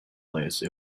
place